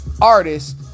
artist